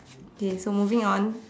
okay so moving on